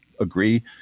agree